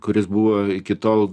kuris buvo iki tol